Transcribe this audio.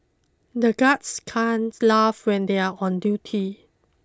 the guards can't laugh when they are on duty